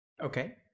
okay